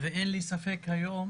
אין לי ספק היום